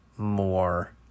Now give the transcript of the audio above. more